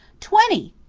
twenty,